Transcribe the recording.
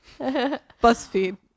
BuzzFeed